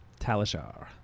talishar